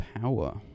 power